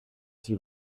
s’il